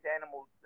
animals